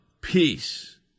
peace